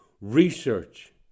research